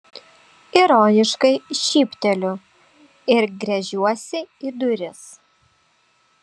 ironiškai šypteliu ir gręžiuosi į duris